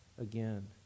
again